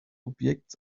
objekts